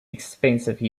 expensive